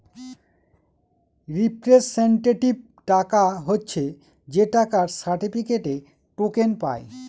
representative টাকা হচ্ছে যে টাকার সার্টিফিকেটে, টোকেন পায়